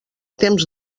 temps